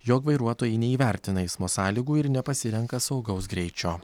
jog vairuotojai neįvertina eismo sąlygų ir nepasirenka saugaus greičio